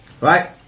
right